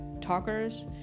talkers